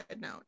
note